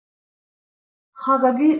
ಮತ್ತೆ ಅದು ಮತ್ತೊಂದು ವಿಷಯ